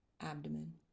abdomen